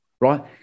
right